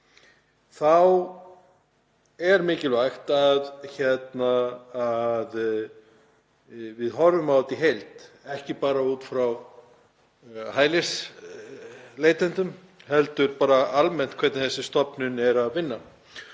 þá er mikilvægt að við horfum á þetta í heild, ekki bara út frá hælisleitendum heldur almennt hvernig þessi stofnun vinnur.